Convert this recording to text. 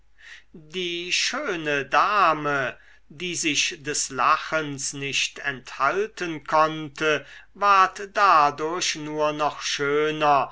die schöne dame die sich des lachens nicht enthalten konnte ward dadurch nur noch schöner